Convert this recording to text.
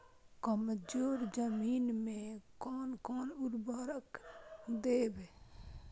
कमजोर जमीन में कोन कोन उर्वरक देब?